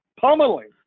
pummeling